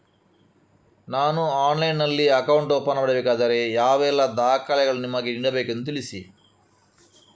ನಾನು ಆನ್ಲೈನ್ನಲ್ಲಿ account open ಮಾಡಬೇಕಾದರೆ ಯಾವ ಎಲ್ಲ ದಾಖಲೆಗಳನ್ನು ನಿಮಗೆ ನೀಡಬೇಕೆಂದು ತಿಳಿಸಿ?